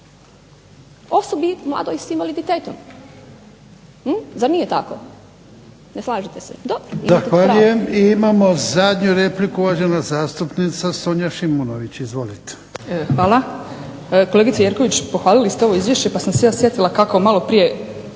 osobi mladoj s invaliditetom. Zar nije tako? Ne slažete se.